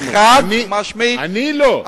אני לא.